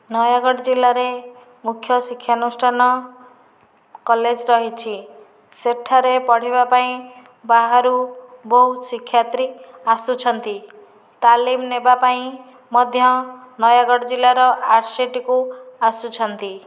ନୟାଗଡ଼ ଜିଲ୍ଲାରେ ମୁଖ୍ୟ ଶିକ୍ଷାନୁଷ୍ଠାନ କଲେଜ ରହିଛି ସେଠାରେ ପଢ଼ିବା ପାଇଁ ବାହାରୁ ବହୁତ ଶିକ୍ଷାର୍ଥୀ ଆସୁଛନ୍ତି ତାଲିମ ନେବା ପାଇଁ ମଧ୍ୟ ନୟାଗଡ଼ ଜିଲ୍ଲାର ଆରସିଟିକୁ ଆସୁଛନ୍ତି